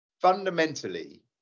fundamentally